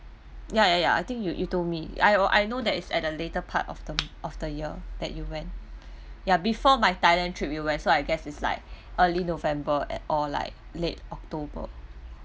ya ya ya I think you you told me I o~ I know that is at the later part of them of the year that you went ya before my thailand trip you went so I guess is like early november at or like late october